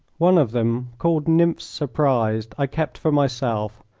one of them, called nymphs surprised, i kept for myself,